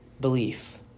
belief